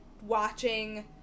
watching